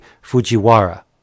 Fujiwara